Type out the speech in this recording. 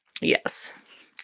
Yes